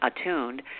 attuned